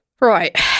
Right